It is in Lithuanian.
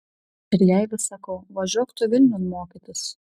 ir jai vis sakau važiuok tu vilniun mokytis